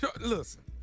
Listen